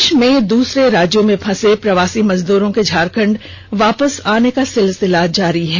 देष के दूसरे राज्यों में फंसे प्रवासी मजदूरों के झारखंड वापस आने का सिलसिला जारी है